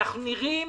אנו נראים